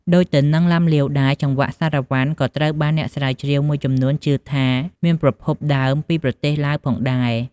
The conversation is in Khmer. ដូចទៅនឹងឡាំលាវដែរ ចង្វាក់សារ៉ាវ៉ាន់ក៏ត្រូវបានអ្នកស្រាវជ្រាវមួយចំនួនជឿថាមានប្រភពដើមពីប្រទេសឡាវផងដែរ។